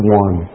one